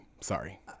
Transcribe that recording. Sorry